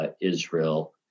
Israel